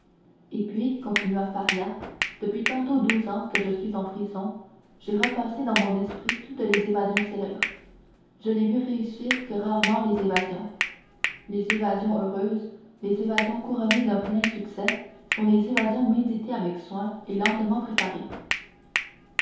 et puis continua faria depuis tantôt douze ans que je suis en prison j'ai repassé dans mon esprit toutes les évasions célèbres je n'ai vu réussir que rarement les évasions les évasions heureuses les évasions couronnées d'un plein succès sont les évasions méditées avec soin et lentement préparées